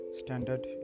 standard